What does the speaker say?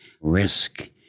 risk